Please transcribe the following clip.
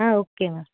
ah okay ma'am